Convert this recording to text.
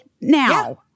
now